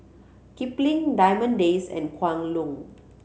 Kipling Diamond Days and Kwan Loong